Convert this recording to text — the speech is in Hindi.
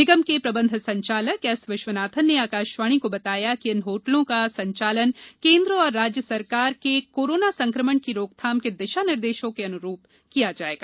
निगम के प्रबंध संचालक एस विश्वनाथन ने आकाशवाणी को बताया कि इन होटलों का संचालन केन्द्र और राज्य सरकार के कोरोना संक्रमण की रोकथाम के दिशा निर्देशों के अनुरूप किया जाएगा